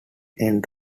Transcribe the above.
end